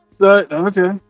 Okay